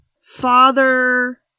father